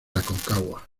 aconcagua